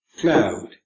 cloud